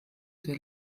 der